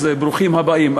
ברוכים הבאים.